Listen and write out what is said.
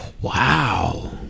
Wow